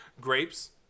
Grapes